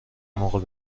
موقع